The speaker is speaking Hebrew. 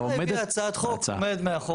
הממשלה הביאה הצעת חוק, עומדת מאחוריה.